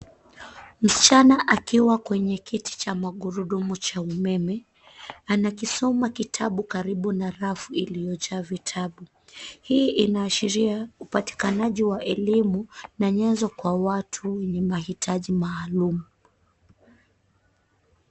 Msichana akiwa kwenye kiti cha magurudumu cha umeme. Anakisoma kitabu karibu na rafu iliyojaa vitabu. Hii inaashiria upatikanaji wa elimu na nyenzo kwa watu wenye mahitaji maalum.